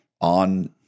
on